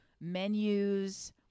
menus